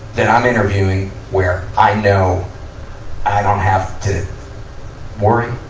that i'm interviewing where i know i don't have to worry.